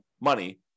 money